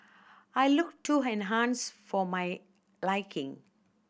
I looked too enhanced for my liking